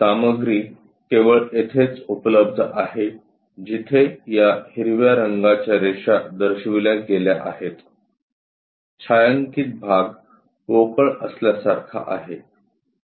म्हणून सामग्री केवळ तेथेच उपलब्ध आहे जिथे या हिरव्या रंगाच्या रेषा दर्शविल्या गेल्या आहेत छायांकित भाग पोकळ असल्यासारखा आहे